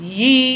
ye